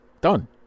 Done